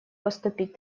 поступить